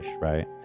right